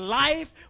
life